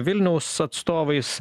vilniaus atstovais